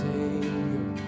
Savior